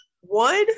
One